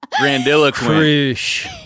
Grandiloquent